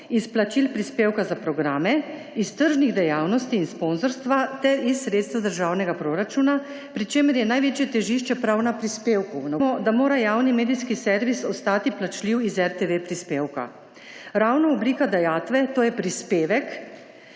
iz plačil prispevka za programe, iz tržnih dejavnosti in sponzorstva ter iz sredstev državnega proračuna, pri čemer je največje težišče prav na prispevku, na obveznem prispevku. V Levici trdimo, da mora javni medijski servis ostati plačljiv iz RTV prispevka. Ravno oblika dajatve, to je prispevek